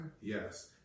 Yes